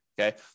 okay